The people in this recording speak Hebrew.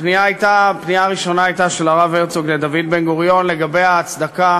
הפנייה הראשונה של הרב הרצוג לדוד בן-גוריון הייתה לגבי ההצדקה